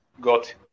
got